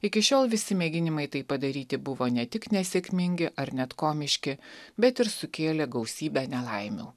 iki šiol visi mėginimai tai padaryti buvo ne tik nesėkmingi ar net komiški bet ir sukėlė gausybę nelaimių